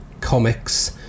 comics